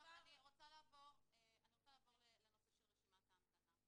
עכשיו אני רוצה לעבור לנושא של רשימת ההמתנה.